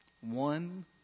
One